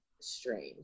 strange